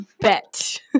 bet